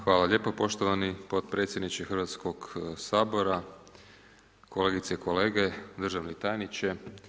Hvala lijepo poštovani potpredsjedniče Hrvatskog sabora, kolegice i kolege, državni tajniče.